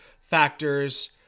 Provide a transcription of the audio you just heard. factors